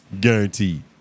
Guaranteed